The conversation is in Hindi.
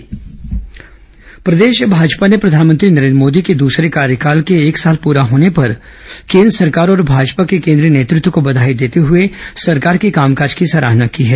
भाजपा प्रतिक्रिया प्रदेश भाजपा ने प्रधानमंत्री नरेन्द्र मोदी के दसरे कार्यकाल के एक साल पुरा होने पर केन्द्र सरकार और भाजपा के केंद्रीय नेतत्व को बधाई देते हए सरकार के कामकाज की सराहना की है